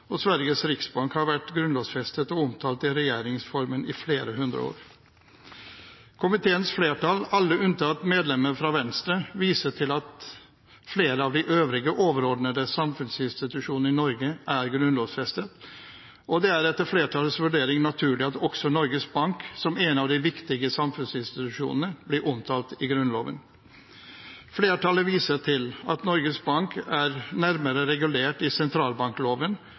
1668. Sveriges Riksbank har vært grunnlovfestet og omtalt i regjeringsformen i flere hundre år. Komiteens flertall, alle unntatt medlemmet fra Venstre, viser til at flere av de øvrige overordnede samfunnsinstitusjoner i Norge er grunnlovfestet, og det er etter flertallets vurdering naturlig at også Norges Bank, som en av de viktige samfunnsinstitusjonene, blir omtalt i Grunnloven. Flertallet viser til at Norges Bank er nærmere regulert i sentralbankloven,